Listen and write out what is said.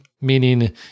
meaning